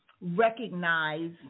recognize